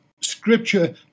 scripture